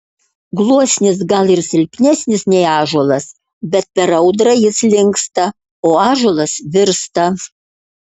gluosnis gal ir silpnesnis nei ąžuolas bet per audrą jis linksta o ąžuolas virsta